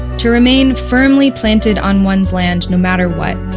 to remain firmly planted on one's land, no matter what.